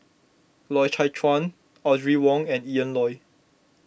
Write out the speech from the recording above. Loy Chye Chuan Audrey Wong and Ian Loy